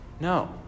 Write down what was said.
No